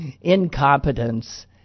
incompetence